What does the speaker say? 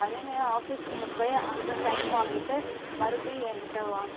அதே மாரி ஆஃபீஸ் ரூமில் போய் அங்கே சைன் வாங்கிட்டு மறுபடியும் என்கிட்டே வா